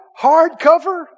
hardcover